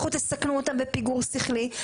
לכו תסכנו אותם בפיגור שכלי.